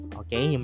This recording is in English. okay